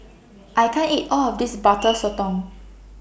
I can't eat All of This Butter Sotong